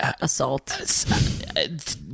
Assault